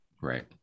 Right